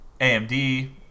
AMD